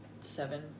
seven